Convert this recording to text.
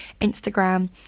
Instagram